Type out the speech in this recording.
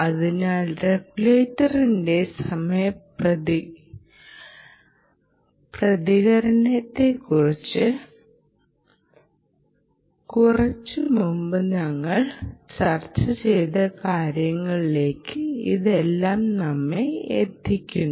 അതിനാൽ റെഗുലേറ്ററിന്റെ സമയ പ്രതികരണത്തെക്കുറിച്ച് കുറച്ച് മുമ്പ് ഞങ്ങൾ ചർച്ച ചെയ്ത കാര്യങ്ങളിലേക്ക് ഇതെല്ലാം നമ്മെ എത്തിക്കുന്നു